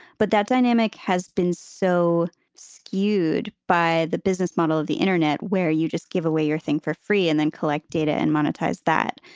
but that dynamic has been so skewed by the business model of the internet where you just give away your thing for free and then collect data and monetize that.